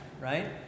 right